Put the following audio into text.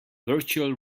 virtual